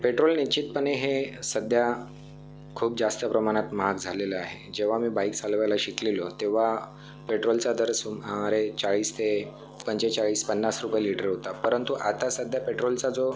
petrol निश्चितपणे हे सध्या खूप जास्त प्रमाणात महाग झालेलं आहे जेव्हा मी बाईक चालवायला शिकलेलो तेव्हा पेट्रोलचा दर सुमारे चाळीस ते पंचेचाळीस पन्नास रुपये लिटर होता परंतु आता सध्या पेट्रोलचा जो